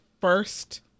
first